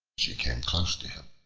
she came close to him,